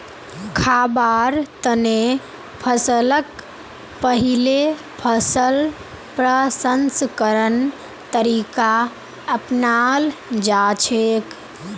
खाबार तने फसलक पहिले फसल प्रसंस्करण तरीका अपनाल जाछेक